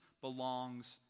belongs